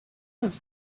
have